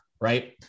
Right